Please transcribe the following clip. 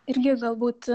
irgi galbūt